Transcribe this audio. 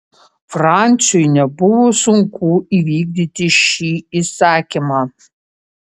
franciui nebuvo sunku įvykdyti šį įsakymą